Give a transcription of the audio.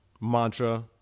mantra